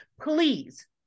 please